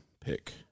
pick